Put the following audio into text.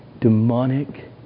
demonic